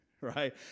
right